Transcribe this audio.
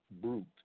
brute